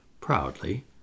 Proudly